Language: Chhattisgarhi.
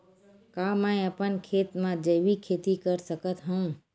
का मैं अपन खेत म जैविक खेती कर सकत हंव?